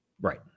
Right